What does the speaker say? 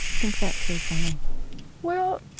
think that through for me well,